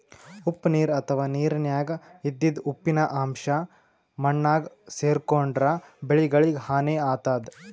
ಉಪ್ಪ್ ನೀರ್ ಅಥವಾ ನೀರಿನ್ಯಾಗ ಇದ್ದಿದ್ ಉಪ್ಪಿನ್ ಅಂಶಾ ಮಣ್ಣಾಗ್ ಸೇರ್ಕೊಂಡ್ರ್ ಬೆಳಿಗಳಿಗ್ ಹಾನಿ ಆತದ್